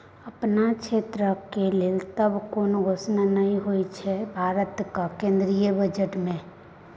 अपन क्षेत्रक लेल तँ कोनो घोषणे नहि होएत छै भारतक केंद्रीय बजट मे